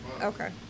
okay